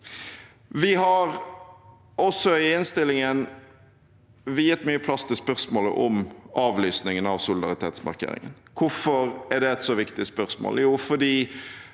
Vi har også i innstillingen viet mye plass til spørsmålet om avlysningen av solidaritetsmarkeringen. Hvorfor er det et så viktig spørsmål?